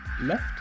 left